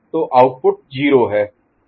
तो आउटपुट 0 है